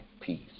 peace